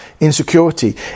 insecurity